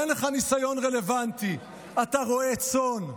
אין לך ניסיון רלוונטי, אתה רועה צאן.